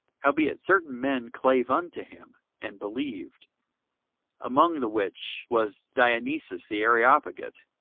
howbeit certain men clave unto him, and believed among the which was dionysius the areopagite,